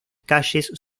calles